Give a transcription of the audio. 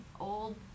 old